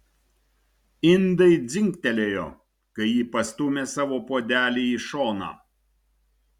indai dzingtelėjo kai ji pastūmė savo puodelį į šoną